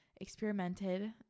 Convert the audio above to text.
Experimented